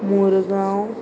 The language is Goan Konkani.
मुरगांव